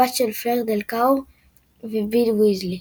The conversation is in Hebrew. הבת של פלר דלאקור וביל וויזלי.